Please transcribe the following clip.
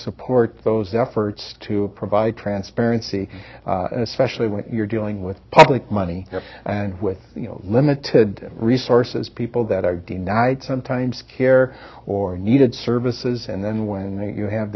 support those efforts to provide transparency especially when you're dealing with public money and with limited resources people that are denied sometimes care or needed services and then when you have